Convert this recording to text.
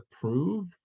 prove